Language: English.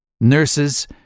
Nurses